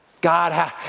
God